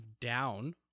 down